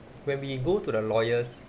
when we go to the lawyers